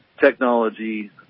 technology